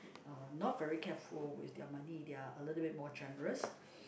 uh not very careful with their money they are a little bit more generous